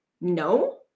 no